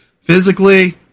Physically